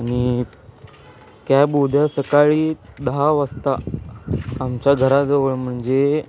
आणि कॅब उद्या सकाळी दहा वाजता आमच्या घराजवळ म्हणजे